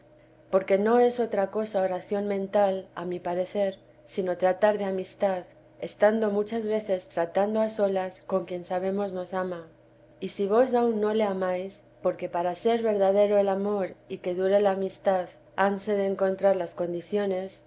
porque no es otra cosa oración mental a mi parecer sino tratar de amistad estando muchas veces tratando a solas con quien sabemos nos ama y si vos aun no le amáis porque para ser verdadero el amor y que dure la amistad hanse de encontrar las condiciones